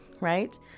right